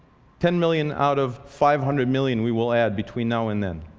ten million out of five hundred million we will add between now and then.